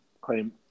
claim